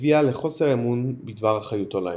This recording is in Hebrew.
הביאה לחוסר אמון בדבר אחריותו להם.